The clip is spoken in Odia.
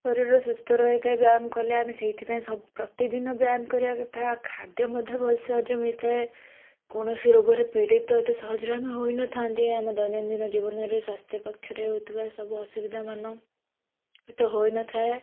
ଶରୀର ସୁସ୍ଥ ରହିଥାଏ ବ୍ୟାୟାମ କଲେ ଆମେ ସେଇଥିପାଇଁ ସବ ପ୍ରତିଦିନ ବ୍ୟାୟାମ କରିବା କଥା ଖାଦ୍ୟ ମଧ୍ୟ ଭଲ ସେ ହଜମ ହେଇଥାଏ କୌଣସି ରୋଗରେ ପୀଡ଼ିତ ଏତେ ସହଜରେ ଆମେ ହୋଇନଥାନ୍ତି ଆମ ଦୈନନ୍ଦିନ ଜୀବନରେ ସ୍ୱାସ୍ଥ୍ୟ ପକ୍ଷରେ ହେଉଥିବା ସବୁ ଅସୁବିଧାମାନ ଏତେ ହୋଇନଥାଏ